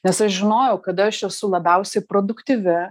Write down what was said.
nes aš žinojau kad aš esu labiausiai produktyvi